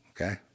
okay